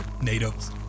natives